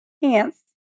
pants